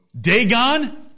Dagon